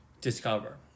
discover